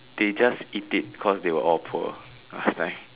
they just eat it cause they were all poor last time